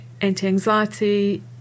anti-anxiety